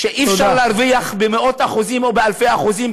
שאי-אפשר להרוויח מאות אחוזים או אלפי אחוזים,